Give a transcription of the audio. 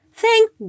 Thank